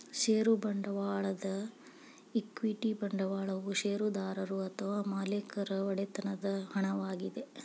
ಷೇರು ಬಂಡವಾಳದ ಈಕ್ವಿಟಿ ಬಂಡವಾಳವು ಷೇರುದಾರರು ಅಥವಾ ಮಾಲೇಕರ ಒಡೆತನದ ಹಣವಾಗಿದೆ